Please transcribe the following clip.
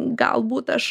galbūt aš